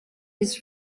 his